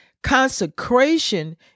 Consecration